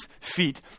feet